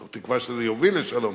מתוך תקווה שזה יוביל לשלום.